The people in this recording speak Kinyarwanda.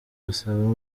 asaba